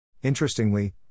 Interestingly